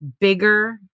bigger